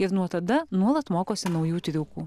ir nuo tada nuolat mokosi naujų triukų